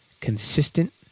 consistent